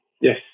yes